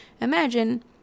imagine